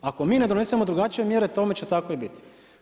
Ako mi ne donesemo drugačije mjere tome će tako i biti.